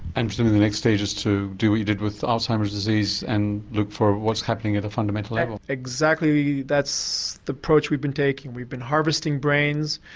and presumably the next stage is to do what you did with alzheimer's disease and look for what's happening at a fundamental level? exactly, that's the approach we've been taking. we've been harvesting brains,